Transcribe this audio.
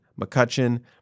McCutcheon